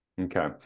Okay